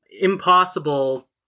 impossible